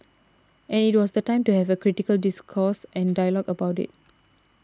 and it was the time to have critical discourse and dialogue about it